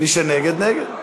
מי שנגד, נגד.